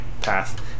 path